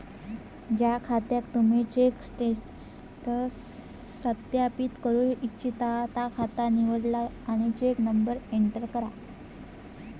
ज्या खात्याक तुम्ही चेक स्टेटस सत्यापित करू इच्छिता ता खाता निवडा आणि चेक नंबर एंटर करा